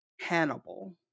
Hannibal